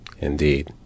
indeed